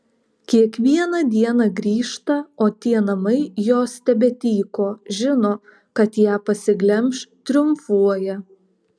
kiekvieną dieną grįžta o tie namai jos tebetyko žino kad ją pasiglemš triumfuoja